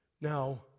Now